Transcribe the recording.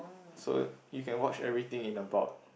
so you can watch every thing in about